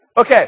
Okay